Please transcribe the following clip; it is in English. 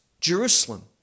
Jerusalem